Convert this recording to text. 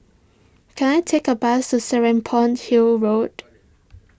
can I take a bus to Serapong Hill Road